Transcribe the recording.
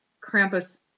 Krampus